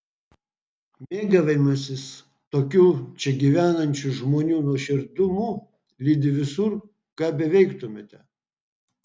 mėgavimasis tokiu čia gyvenančių žmonių nuoširdumu lydi visur ką beveiktumėte